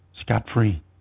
scot-free